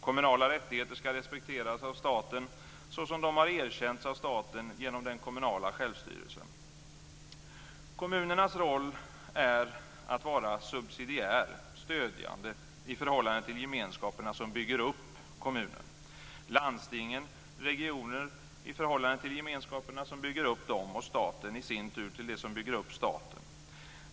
Kommunala rättigheter ska respekteras av staten såsom de har erkänts av staten genom den kommunala självstyrelsen. Kommunens roll är att vara subsidiär, stödjande, i förhållande till de gemenskaper som bygger upp kommunen; landsting och regioner ska vara subsidiära i förhållande till de gemenskaper som bygger upp dem och staten i sin tur till det som bygger upp staten.